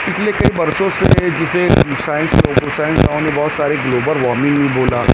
پچھلے کئی برسوں سے جسے سائنس لوگوں سائنسدانوں نے بہت سارے گلوبل وارمنگ بولا